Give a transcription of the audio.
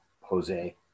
Jose